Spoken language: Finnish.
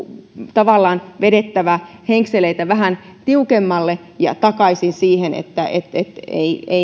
tavallaan vedettävä henkseleitä vähän tiukemmalle ja takaisin että ei